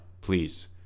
please